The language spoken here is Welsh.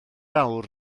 awr